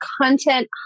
Content